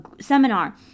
seminar